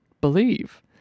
believe